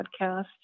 podcast